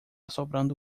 soprando